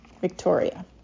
Victoria